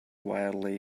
wildly